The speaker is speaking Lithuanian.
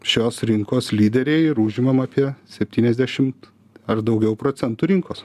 šios rinkos lyderiai ir užimam apie septyniasdešimt ar daugiau procentų rinkos